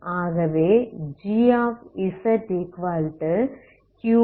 ஆகவே gzq2αz